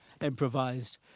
improvised